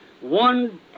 One